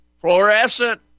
Fluorescent